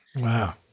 Wow